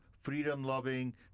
freedom-loving